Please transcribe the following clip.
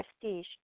prestige